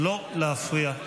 לא להפריע.